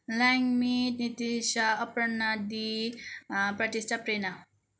ल्याङ्मित नितिसा अपर्नादी प्रतिष्ठा प्रेणा